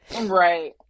Right